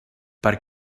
per